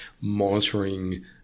monitoring